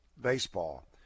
Baseball